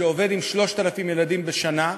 שעובד עם 3,000 ילדים בשנה,